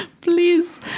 please